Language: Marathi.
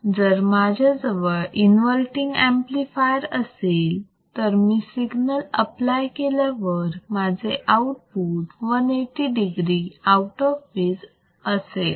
जर माझ्याजवळ इन्वर्तींग ऍम्प्लिफायर असेल तर मी सिग्नल आपलाय केल्यावर माझे output 180 degree out of phase असेल